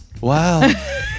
Wow